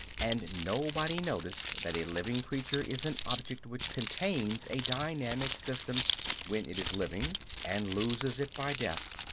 and nobody noticed that a living creature is an object which contains a dynamic system when it is living, and loses it by death.